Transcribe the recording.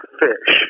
fish